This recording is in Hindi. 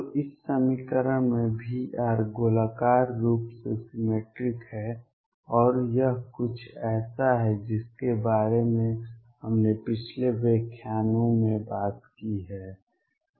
तो इस समीकरण में V गोलाकार रूप से सिमेट्रिक है और यह कुछ ऐसा है जिसके बारे में हमने पिछले व्याख्यानों में बात की है